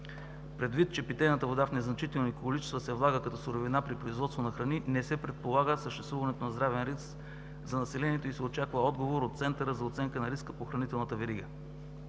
Предвид, че питейната вода в незначителни количества се влага като суровина при производство на храни, не се предполага съществуването на здравен риск за населението и се очаква отговор от Центъра за оценка на риска по хранителната верига.